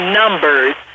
numbers